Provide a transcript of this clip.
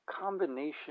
combination